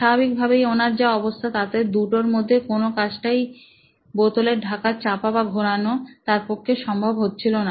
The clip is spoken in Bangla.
স্বাভাবিক ভাবেই ওনার যা অবস্থা তাতে দুটোর মধ্যে কোনো কাজটাই বোতলের ঢাকা চাপা বা ঘোরানো তার পক্ষে সম্ভব হচ্ছিলনা